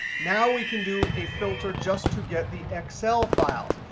now we can do a filter just to get the excel files.